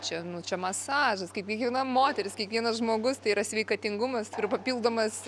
čia nu čia masažas kaip kiekviena moteris kiekvienas žmogus tai yra sveikatingumas ir papildomas